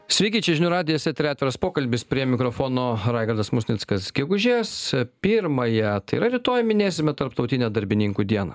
sveiki čia žinių radijas etery atviras pokalbis prie mikrofono raigardas musnickas gegužės pirmąją tai yra rytoj minėsime tarptautinę darbininkų dieną